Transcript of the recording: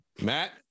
Matt